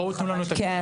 בואו תנו לנו את האפשרות,